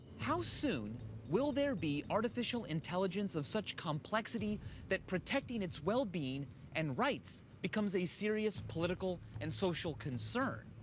how soon will there be artificial intelligence of such complexity that protecting its well-being and rights becomes a serious political and social concern?